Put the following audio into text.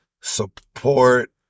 support